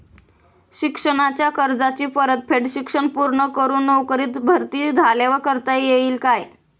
शिक्षणाच्या कर्जाची परतफेड शिक्षण पूर्ण करून नोकरीत भरती झाल्यावर करता येईल काय?